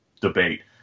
debate